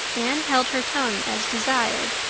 anne held her tongue as desired.